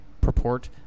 purport